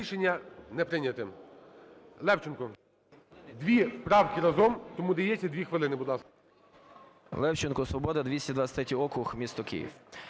Рішення не прийнято. Левченко. Дві правки разом, тому дається 2 хвилини, будь ласка.